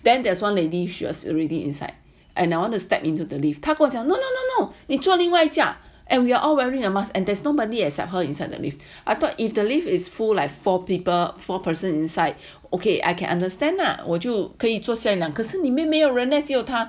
then there's one lady she was already inside and I want to step into the lift 他跟我讲 no no no no 你坐另外一架 and we are all wearing a mask and there's nobody except her inside the lift I thought if the lift is full like four people for person inside okay I can understand lah 我就可以坐下一辆了可是没有人只有他